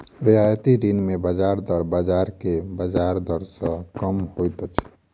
रियायती ऋण मे ब्याज दर बाजार के ब्याज दर सॅ कम होइत अछि